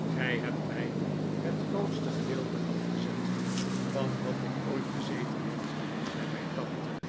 gij hebt mij het grootste gedeelte afgezet van wat ik ooit bezeten heb zei mijn tante